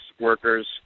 workers